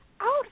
out